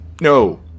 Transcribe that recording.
no